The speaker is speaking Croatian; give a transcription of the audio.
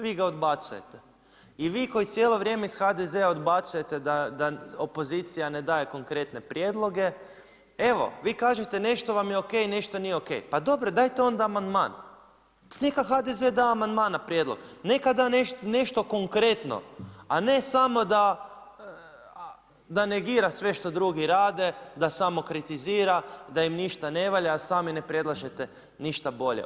Vi ga dobacujete, i vi koji cijelo vrijeme iz HDZ-a odbacujete da opozicija ne daje konkretne prijedloge, evo vi kažete nešto vam je O.K. nešto nije O.K. Pa dobro dajte onda amandman, neka HDZ da amandman na prijedlog, neka da nešto konkretno, a ne samo da negira sve što drugi rade, da samo kritizira da im ništa ne valja, a sami ne predlažete ništa bolje.